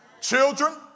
Children